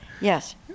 Yes